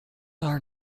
are